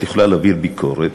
את יכולה להעביר ביקורת,